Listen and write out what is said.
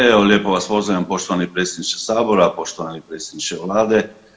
Evo lijepo vas pozdravljam poštovani Predsjedniče Sabora, poštovani Predsjedniče Vlade.